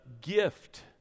gift